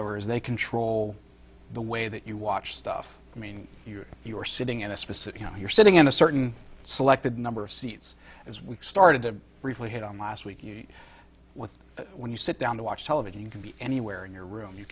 over is they control the way that you watch stuff i mean you know you're sitting in a specific you know you're sitting in a certain selected number of seats as we started to really hit on last week with when you sit down to watch television you can be anywhere in your room you